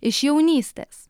iš jaunystės